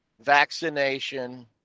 vaccination